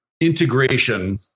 integration